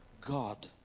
God